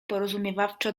porozumiewawczo